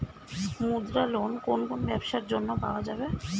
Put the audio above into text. মুদ্রা লোন কোন কোন ব্যবসার জন্য পাওয়া যাবে?